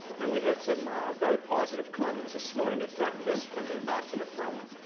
and, we heard some very positive comments this morning at breakfast from ambassador frohman.